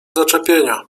zaczepienia